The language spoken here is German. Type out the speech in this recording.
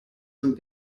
dem